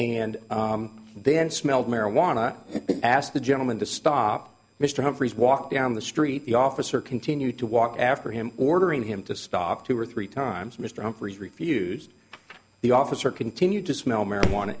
n smelled marijuana asked the gentleman to stop mr humphries walk down the street the officer continued to walk after him ordering him to stop two or three times mr humphries refused the officer continued to smell marijuana